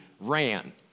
ran